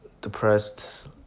depressed